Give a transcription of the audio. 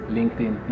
LinkedIn